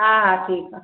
हा हा ठीकु आहे